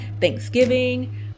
Thanksgiving